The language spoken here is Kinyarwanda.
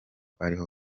ariho